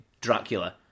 Dracula